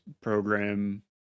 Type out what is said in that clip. program